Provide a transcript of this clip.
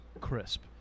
crisp